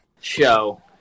show